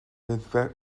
fydd